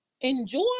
enjoy